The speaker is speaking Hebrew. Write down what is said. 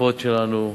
בהתקפות שלנו,